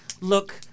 look